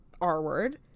r-word